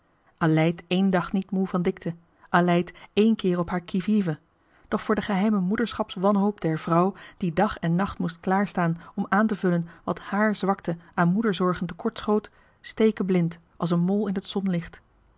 aleid één dag niet moe van dikte aleid één keer op haar qui vive doch voor de geheime moederschapswanhoop der vrouw die dag en nacht moest klaarstaan om aan te vullen wat haar zwakte aan moederzorgen te kort schoot stekeblind als een mol in het zonlicht